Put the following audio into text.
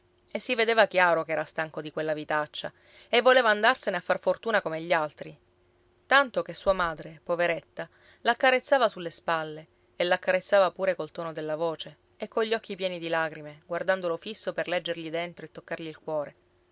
e si vedeva chiaro che era stanco di quella vitaccia e voleva andarsene a far fortuna come gli altri tanto che sua madre poveretta l'accarezzava sulle spalle e l'accarezzava pure col tono della voce e cogli occhi pieni di lagrime guardandolo fisso per leggergli dentro e toccargli il cuore